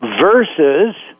Versus